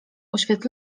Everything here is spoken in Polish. oświet